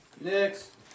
Next